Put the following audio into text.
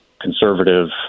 conservative